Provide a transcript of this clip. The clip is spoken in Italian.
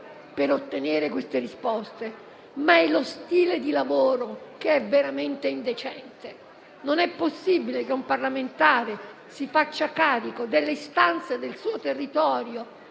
per ottenere le risposte, ma è lo stile di lavoro ad essere veramente indecente. Non è possibile che un parlamentare si faccia carico delle istanze del suo territorio